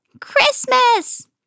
Christmas